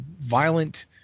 violent